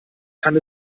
kann